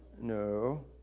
No